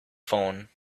phone